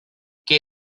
que